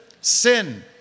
sin